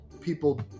people